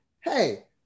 hey